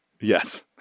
Yes